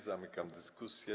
Zamykam dyskusję.